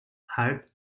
halb